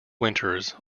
winters